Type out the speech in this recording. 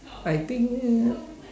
I think leh